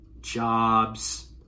jobs